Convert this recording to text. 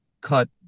cut